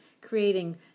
creating